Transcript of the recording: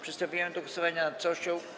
Przystępujemy do głosowania nad całością.